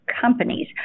companies